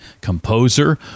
composer